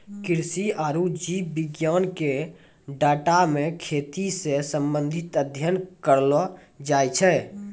कृषि आरु जीव विज्ञान के डाटा मे खेती से संबंधित अध्ययन करलो जाय छै